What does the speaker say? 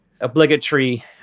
obligatory